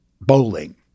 bowling